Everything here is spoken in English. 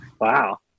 Wow